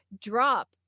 drop